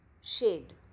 shade